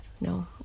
No